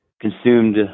consumed